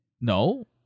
No